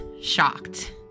shocked